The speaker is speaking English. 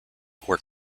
were